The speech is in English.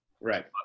Right